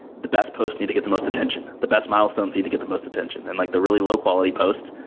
the best posts need to get the most attention. the best milestones need to get the most attention. and like the really low quality posts,